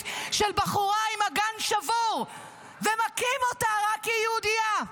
של בחורה עם אגן שבור ומכים אותה רק כי היא יהודייה,